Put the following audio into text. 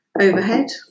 overhead